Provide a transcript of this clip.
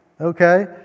Okay